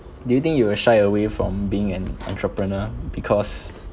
do you think you will shy away from being an entrepreneur because